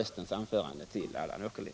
Onsdagen den